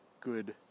good